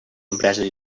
empreses